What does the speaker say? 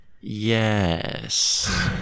Yes